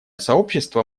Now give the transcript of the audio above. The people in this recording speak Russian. сообщество